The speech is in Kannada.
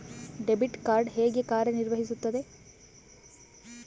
ಡೆಬಿಟ್ ಕಾರ್ಡ್ ಹೇಗೆ ಕಾರ್ಯನಿರ್ವಹಿಸುತ್ತದೆ?